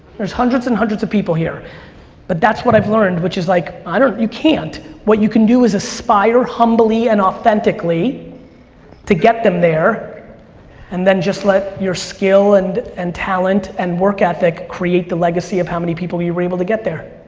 there's hundreds and hundreds of people here but that's what i've learned which is like, you can't. what you can do is aspire humbly and authentically to get them there and then just let your skill and and talent and work ethic create the legacy of how many people you were able to get there.